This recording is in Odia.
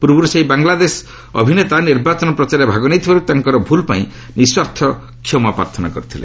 ପୂର୍ବରୁ ସେହି ବାଂଲାଦେଶ ଅଭିନେତା ନିର୍ବାଚନ ପ୍ରଚାରରେ ଭାଗ ନେଇଥିବାରୁ ତାଙ୍କର ଭୁଲ୍ ପାଇଁ ନିଃସ୍କାର୍ଥ କ୍ଷମାପ୍ରାର୍ଥନା କରିଥିଲେ